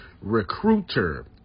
Recruiter